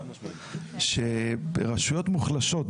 שברשויות מוחלשות,